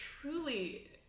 truly